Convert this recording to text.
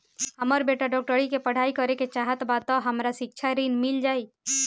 हमर बेटा डाक्टरी के पढ़ाई करेके चाहत बा त हमरा शिक्षा ऋण मिल जाई?